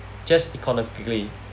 just economically